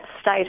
state